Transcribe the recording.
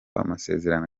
amasezerano